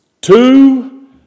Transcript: Two